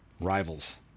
rivals